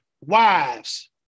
wives